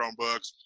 Chromebooks